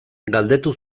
galdetu